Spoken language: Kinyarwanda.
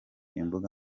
imbuga